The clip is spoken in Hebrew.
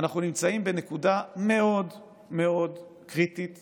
אנחנו נמצאים בנקודה מאוד מאוד קריטית